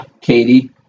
Katie